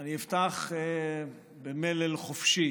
אני אפתח במלל חופשי